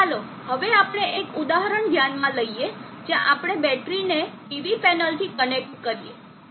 ચાલો હવે આપણે એક ઉદાહરણ ધ્યાનમાં લઈએ જ્યાં આપણે બેટરીને PV પેનલથી કનેક્ટ કરીએ